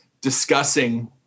discussing